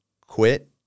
quit